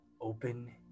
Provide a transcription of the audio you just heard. open